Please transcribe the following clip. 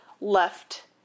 left